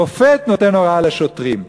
שופט נותן הוראה לשוטרים,